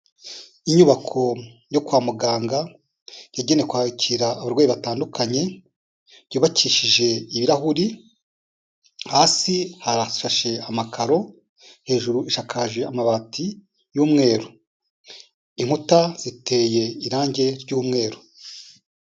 Inyubako yo kwa muganga yagenewe kwakira abarwayi batandukanye, yubakishije ibirahuri, hasi harashashe amakaro, hejuru isakaje amabati y'umweru, inkuta ziteye irangi ry'umweru.